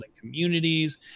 communities